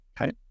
Okay